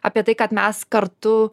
apie tai kad mes kartu